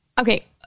okay